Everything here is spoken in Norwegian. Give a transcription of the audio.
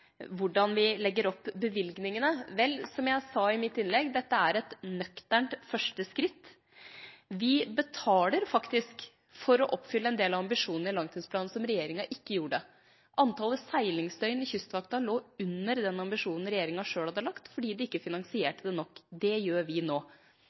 hvordan vi legger opp bevilgningene. Vel, som jeg sa i mitt innlegg: Dette er et nøkternt første skritt. Vi betaler faktisk for å oppfylle en del ambisjoner i langtidsplanen som den forrige regjeringa ikke gjorde. Antallet seilingsdøgn i Kystvakten lå under den ambisjonen regjeringa selv hadde lagt, fordi de ikke finansierte det